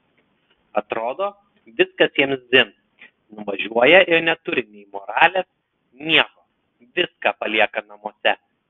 atrodo viskas jiems dzin nuvažiuoja ir neturi nei moralės nieko viską palieka namuose